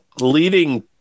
leading